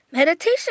Meditation